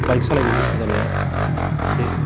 bike सालायनो गोसो जानाया एसे